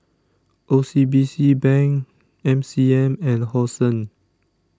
O C B C Bank M C M and Hosen